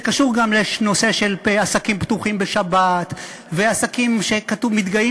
זה קשור גם לנושא של עסקים פתוחים בשבת ועסקים שמתגאים